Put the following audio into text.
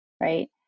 Right